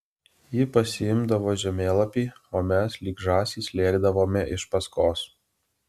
ji pasiimdavo žemėlapį o mes lyg žąsys lėkdavome iš paskos